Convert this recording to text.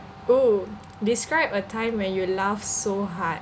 oo describe a time when you laugh so hard